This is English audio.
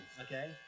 okay